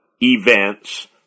events